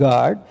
God